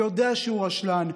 שיודע שהוא רשלן,